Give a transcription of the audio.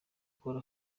ukora